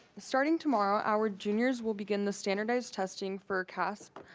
starting tomorrow, our juniors will begin the standardized testing for caaspp.